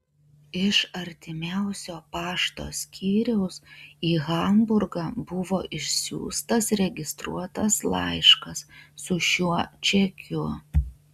iš artimiausio pašto skyriaus į hamburgą buvo išsiųstas registruotas laiškas su šiuo čekiu